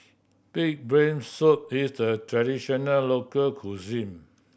pig brain soup is the traditional local cuisine